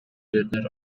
жерлер